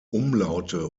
umlaute